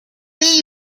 eve